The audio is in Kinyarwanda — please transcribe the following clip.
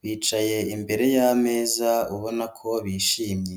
Bicaye imbere y'ameza, ubona ko bishimye.